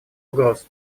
угроз